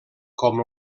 com